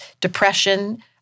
depression